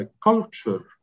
culture